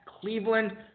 Cleveland